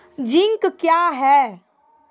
Zinc क्या हैं?